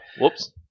Whoops